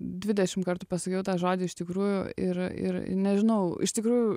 dvidešim kartų pasakiau tą žodį iš tikrųjų ir ir nežinau iš tikrųjų